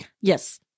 yes